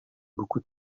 buku